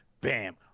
Bam